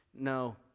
No